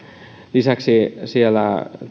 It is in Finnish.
lisäksi siellä